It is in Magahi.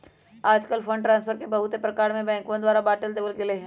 आजकल फंड ट्रांस्फर के बहुत से प्रकार में बैंकवन द्वारा बांट देवल गैले है